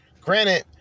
Granted